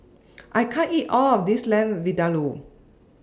I can't eat All of This Lamb Vindaloo